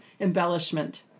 embellishment